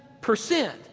percent